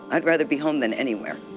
i'd rather be home than anywhere.